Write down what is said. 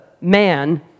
man